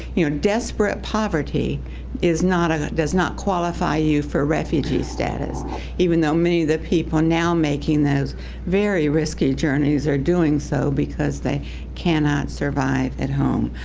you know desperate poverty is not ah does not qualify you for refugee status even though many of the people now making those very risky journeys are doing so because they cannot survive at home.